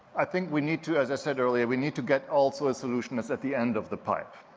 i think we need to, as i said earlier, we need to get also a solution that's at the end of the pipe.